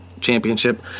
championship